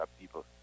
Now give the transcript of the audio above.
people